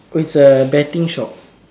oh it's a betting shop